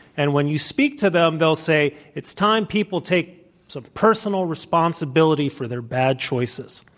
and when you speak to them, they'll say, it's time people take some personal responsibility for their bad choices.